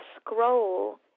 scroll